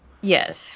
Yes